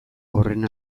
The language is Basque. horren